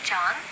John